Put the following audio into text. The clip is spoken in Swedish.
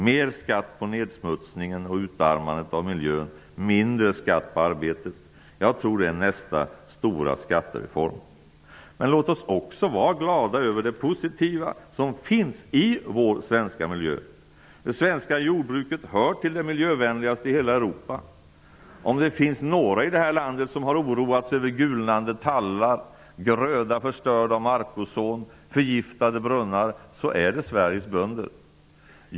Mer skatt på nedsmutsningen och utarmandet av miljön, mindre skatt på arbetet. Jag tror att det är nästa stora skattereform. Låt oss också vara glada över det positiva som finns i vår svenska miljö. Det svenska jordbruket hör till det miljövänligaste i hela Europa. Det är Sveriges bönder som har oroat sig över gulnande tallar, gröda förstörd av markozon och förgiftade brunnar.